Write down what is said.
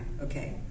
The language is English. Okay